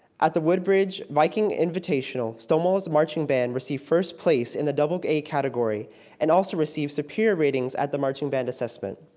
at the woodbridge viking invitation, stonewall's marching band received first place in the double a category and also received superior ratings at the marching band assessment.